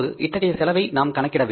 இத்தகைய செலவை நாம் கணக்கிட வேண்டும்